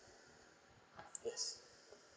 yes